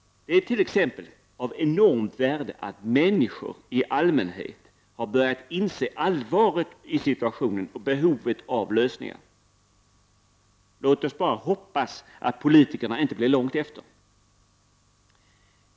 Det är t.ex. av enormt värde att människor i allmänhet har börjat inse allvaret i situationen och behovet av lösningar. Låt oss bara hoppas att politikerna inte blir långt efter.